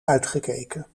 uitgekeken